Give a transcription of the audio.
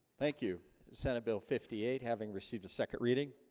thank you senate bill fifty eight having received a second reading